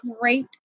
great